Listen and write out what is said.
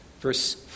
verse